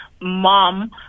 mom